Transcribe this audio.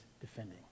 defending